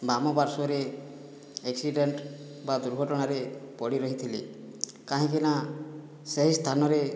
ବାମପାର୍ଶ୍ଵରେ accident ବା ଦୁର୍ଘଟଣାରେ ପଡ଼ିରହିଥିଲି କାହିଁକିନା ସେହି ସ୍ଥାନରେ